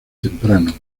temprano